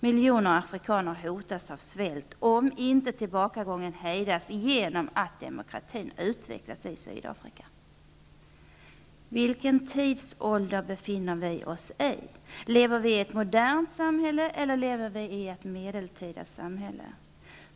Miljoner afrikaner hotas av svält, om inte tillbakagången hejdas genom att demokratin utvecklas i Sydafrika. Vilken tidsålder befinner vi oss i? Lever vi i ett modernt samhälle eller lever vi i ett medeltida samhälle?